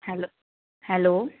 hello hello